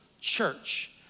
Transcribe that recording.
church